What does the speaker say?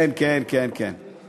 כן, כן, כן, כן,